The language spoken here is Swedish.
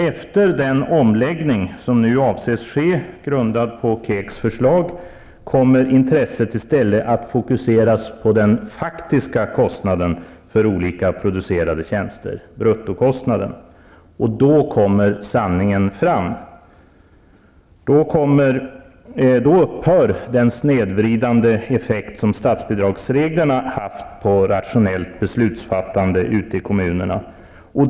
Efter den omläggning som nu avses ske, grundad på KEK:s förslag, kommer intresset i stället att fokuseras på den faktiska kostnaden för olika producerade tjänster, bruttokostnaden. Då kommer sanningen fram. Då upphör den snedvridande effekt som statsbidragsreglerna haft på rationellt beslutsfattande ute i kommunerna.